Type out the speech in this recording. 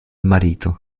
marito